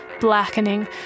blackening